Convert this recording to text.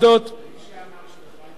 מי שאמר שאתה חי בסרט כנראה צדק.